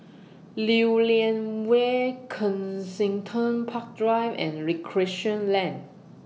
Lew Lian Vale Kensington Park Drive and Recreation Lane